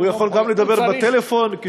הוא צריך, הוא יכול גם לדבר בטלפון, ?